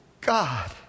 God